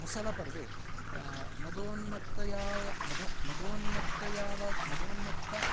मुसलपर्वे मदोन्मत्ततया मधो मदोन्मत्ततया वा मदोन्मत्तता